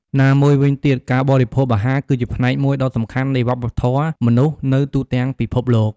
ណាមួយវិញទៀតការបរិភោគអាហារ គឺជាផ្នែកមួយដ៏សំខាន់នៃវប្បធម៌មនុស្សនៅទូទាំងពិភពលោក។